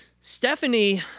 Stephanie